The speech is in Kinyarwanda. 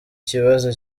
kibazo